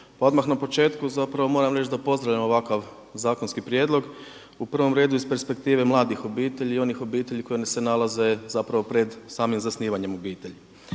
odmah na početku zapravo moram reći da pozdravljam ovakav zakonski prijedlog. U prvom redu iz perspektive mladih obitelji i onih obitelji koji se nalaze pred, zapravo pred samim zasnivanjem obitelji.